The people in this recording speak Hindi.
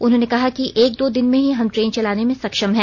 उन्होंने कहा कि एक दो दिन में ही हम ट्रेन चलाने में सक्षम है